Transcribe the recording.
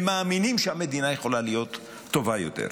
הם מאמינים שהמדינה יכולה להיות טובה יותר.